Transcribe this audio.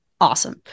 awesome